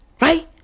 Right